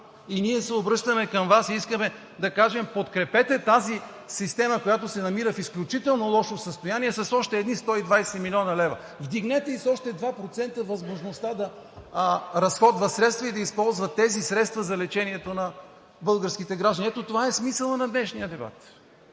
Ние се обръщаме към Вас и искаме да кажем: подкрепете тази система, която се намира в изключително лошо състояние с още едни 120 млн. лв., вдигнете с още 2% възможността да разходват средства и да се използват тези средства за лечението на българските граждани. Ето това е смисълът на днешния дебат.